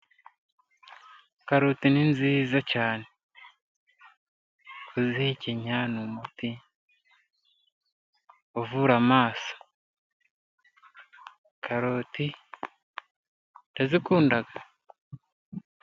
Karoti ni nziza cyane. Kuzihekenya, ni umuti uvura amaso. Karoti Ndazikunda.